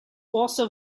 also